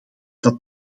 dat